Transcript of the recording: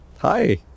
Hi